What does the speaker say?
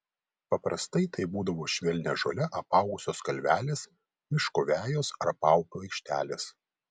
paprastai tai būdavo švelnia žole apaugusios kalvelės miško vejos ar paupio aikštelės